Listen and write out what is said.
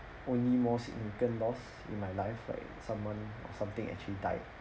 only more significant loss in my life right someone or something actually died